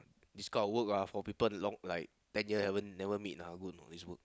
this called work ah people ten year never meet ah good know is good lah